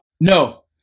No